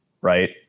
right